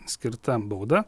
skirta bauda